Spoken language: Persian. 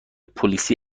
پلیسی